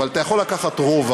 אבל אתה יכול לקחת רובע.